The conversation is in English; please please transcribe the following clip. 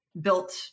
built